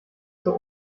zur